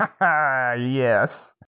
Yes